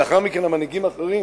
ולאחר מכן המנהיגים האחרים.